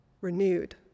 Renewed